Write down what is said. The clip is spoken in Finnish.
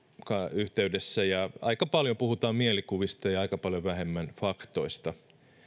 yhteydessä ja aika paljon puhutaan mielikuvista ja ja aika paljon vähemmän faktoista